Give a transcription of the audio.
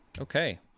Okay